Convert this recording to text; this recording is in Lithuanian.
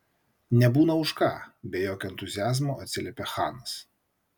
nebūna už ką be jokio entuziazmo atsiliepė chanas